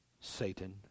Satan